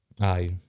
aye